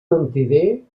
mentider